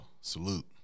Salute